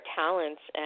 talents